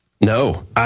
No